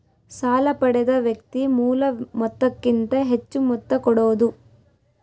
ಸಾಲ ಪಡೆದ ವ್ಯಕ್ತಿ ಮೂಲ ಮೊತ್ತಕ್ಕಿಂತ ಹೆಚ್ಹು ಮೊತ್ತ ಕೊಡೋದು